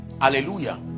Hallelujah